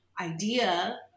idea